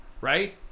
right